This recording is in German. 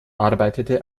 arbeitete